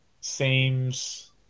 seems